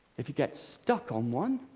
if you get stuck on one,